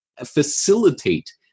facilitate